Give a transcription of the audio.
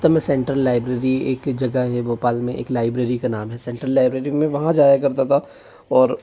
तब मैं Central Library एक जगह है भोपाल में एक लाइब्रेरी का नाम है सेंट्रल लाइब्रेरी मैं वहाँ जाया करता था और